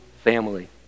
family